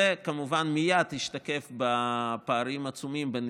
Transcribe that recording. זה כמובן מייד השתקף בפערים עצומים בין